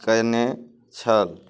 कएने छल